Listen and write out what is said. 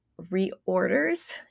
reorders